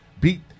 beat